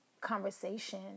conversation